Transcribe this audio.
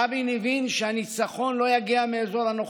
רבין הבין שהניצחון לא יגיע מאזור הנוחות,